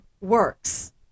works